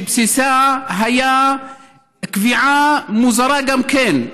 שבסיסה היה קביעה מוזרה גם כן,